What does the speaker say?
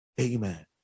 Amen